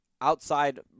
Outside